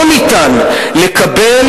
לא ניתן לקבל